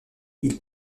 ils